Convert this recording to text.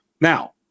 Now